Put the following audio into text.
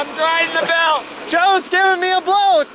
the belt! joe is giving me a blow,